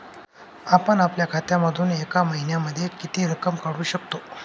आपण आपल्या खात्यामधून एका महिन्यामधे किती रक्कम काढू शकतो?